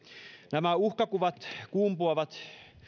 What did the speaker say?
nämä uhkakuvat kumpuavat